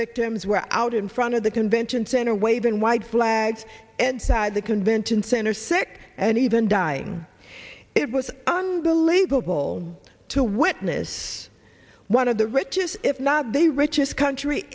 victims were out in front of the convention center waving white flags and side the convention center sick and even dying it was unbelievable to witness one of the richest if not they richest country